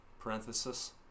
parenthesis